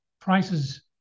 prices